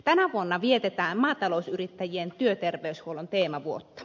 tänä vuonna vietetään maatalousyrittäjien työterveyshuollon teemavuotta